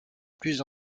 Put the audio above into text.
plus